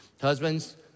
Husbands